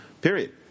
period